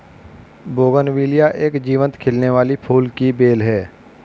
bougainvillea एक जीवंत खिलने वाली फूल की बेल है